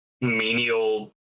menial